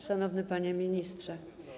Szanowny Panie Ministrze!